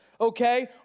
okay